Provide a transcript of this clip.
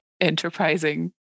enterprising